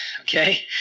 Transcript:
okay